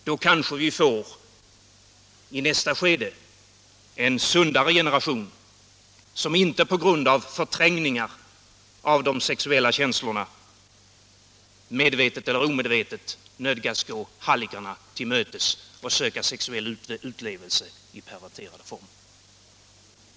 Då kanske vi i nästa skede får en sundare generation, som inte på grund av förträngningar av de sexuella känslorna medvetet eller omedvetet nödgas gå hallickarna till mötes och söka sexuell utlevelse i perverterade former. AD Se Om åtgärder för att säkra sysselsättningen inom